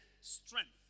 strength